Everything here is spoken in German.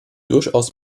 durchaus